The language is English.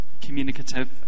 communicative